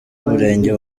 umurenge